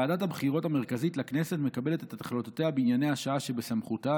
ועדת הבחירות המרכזית לכנסת מקבלת את החלטותיה בענייני השעה שבסמכותה,